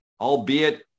albeit